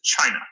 China